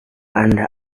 anda